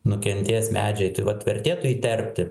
nukentės medžiai taip vat vertėtų įterpti